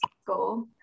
school